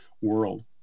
world